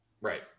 right